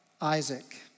Isaac